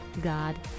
God